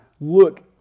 look